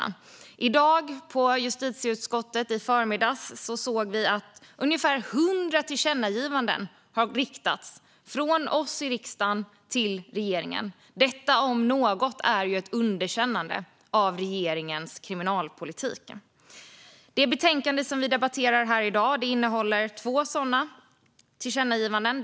I förmiddags kunde vi i justitieutskottet se att ungefär 100 tillkännagivanden har riktats från oss i riksdagen till regeringen. Detta om något är ett underkännande av regeringens kriminalpolitik. Det betänkande som vi debatterar här i dag innehåller två tillkännagivanden.